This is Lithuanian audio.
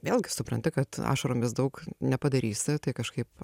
vėlgi supranti kad ašaromis daug nepadarysi tai kažkaip